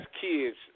kids